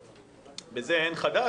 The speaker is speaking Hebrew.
בזה אין חדש,